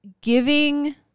giving